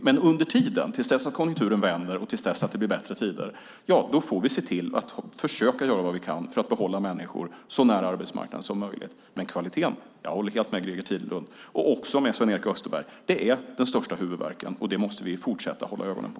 Men under tiden till dess att konjunkturen vänder och det blir bättre tider får vi se till att försöka göra vad vi kan för att behålla människor så nära arbetsmarknaden som möjligt. Jag håller helt med Greger Tidlund och också Sven-Erik Österberg om att kvaliteten är den största huvudvärken. Det måste vi fortsätta att hålla ögonen på.